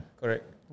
correct